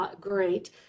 great